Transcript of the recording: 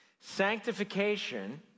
Sanctification